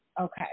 okay